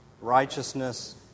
righteousness